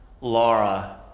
Laura